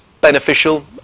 beneficial